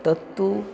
तत्तु